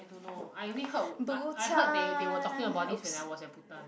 I don't know I only heard I I heard they they were talking about this when I was at bhutan